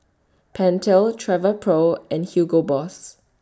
Pentel Travelpro and Hugo Boss